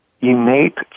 innate